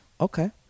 okay